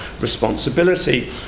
responsibility